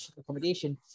accommodation